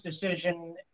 decision